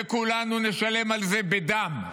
וכולנו נשלים על זה בדם.